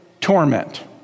torment